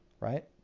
right